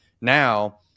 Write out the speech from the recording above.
Now